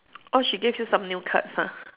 oh she gave you some new cards ah